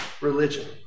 religion